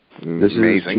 Amazing